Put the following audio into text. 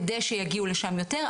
כדי שיגיעו לשם יותר.